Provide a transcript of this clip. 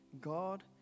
God